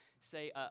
say